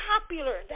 popular